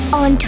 on